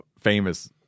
famous